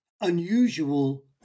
unusual